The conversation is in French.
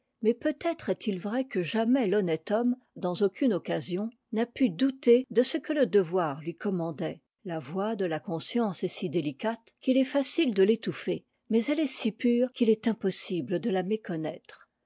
mais peut-être est-il vrai que jamais l'honnête homme dans aucune occasion n'a pu douter de ce que le devoir lui commandait la voix de la conscience est si délicate qu'il est facile de l'étouffer mais elle est si pure qu'il est impossible de la méconnaître